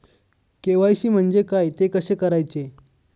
KYC म्हणजे काय? ते कसे करायचे?